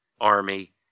Army